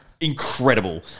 Incredible